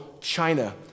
China